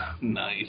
Nice